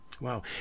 Wow